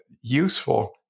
useful